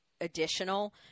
additional